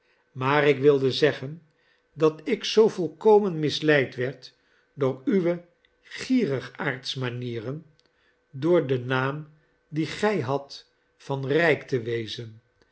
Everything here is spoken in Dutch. maar ik wilde zeggen dat ik zoo volkomen misleid werd door uwe gierigaardsmanieren door den naam dien gij hadt van rijk te wezen